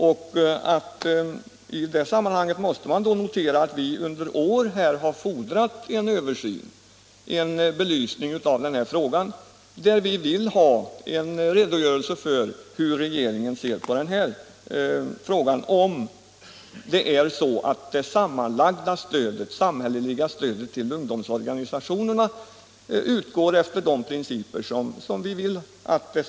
I det sammanhanget måste man notera att vi i åratal har fordrat en översyn, en belysning av den här frågan, med en redogörelse för hur regeringen ser på frågan - om det sammanlagda samhälleliga stödet till ungdomsorganisationerna utgår efter de principer som vi förordar.